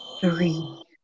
three